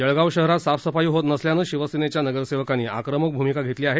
जळगाव शहरात साफ सफाई होत नसल्यानं शिवसेनेच्या नगरसेवकांनी आक्रमक भूमिका घेतली आहे